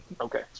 okay